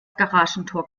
garagentor